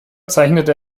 zeichnete